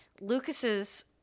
Lucas's